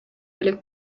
элек